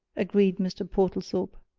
agreed mr. portlethorpe.